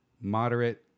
moderate